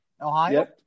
Ohio